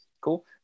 Cool